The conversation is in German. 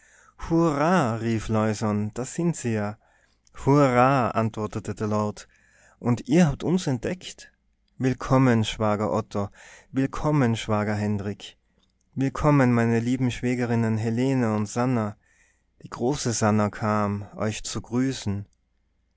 hurrah rief leusohn da sind sie ja hurrah antwortete der lord und ihr habt uns entdeckt willkommen schwager otto willkommen schwager hendrik willkommen meine lieben schwägerinnen helene und sannah die große sannah kam euch zu grüßen